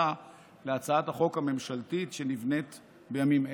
להצמדתה להצעת החוק הממשלתית הנבנית בימים אלה.